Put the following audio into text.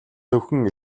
зөвхөн